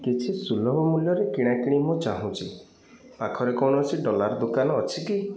କିଛି ସୁଲଭ ମୂଲ୍ୟରେ କିଣାକିଣି ମୁଁ ଚାହୁଁଛି ପାଖରେ କୌଣସି ଡଲାର୍ ଦୋକାନ ଅଛି କି